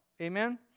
Amen